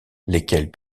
lesquels